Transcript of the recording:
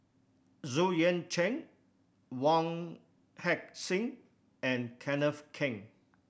Xu Yuan Zhen Wong Heck Sing and Kenneth Keng